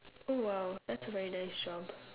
oh well that's a very nice job